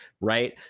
right